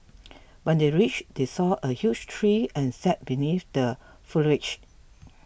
when they reach they saw a huge tree and sat beneath the foliage